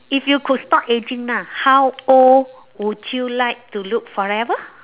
if you could stop aging lah how old would you like to look forever